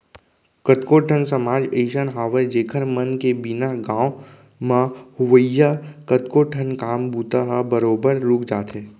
कतको ठन समाज अइसन हावय जेखर मन के बिना गाँव म होवइया कतको ठन काम बूता ह बरोबर रुक जाथे